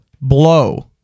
blow